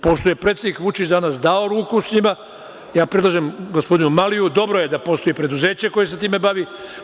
Pošto je predsednik Vučić danas dao ruku s njima, ja predlažem gospodinu Maliju, dobro je da postoji preduzeće koje se time bavi.